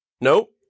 Nope